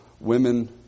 women